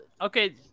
Okay